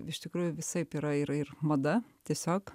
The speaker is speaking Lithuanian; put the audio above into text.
iš tikrųjų visaip yra ir ir mada tiesiog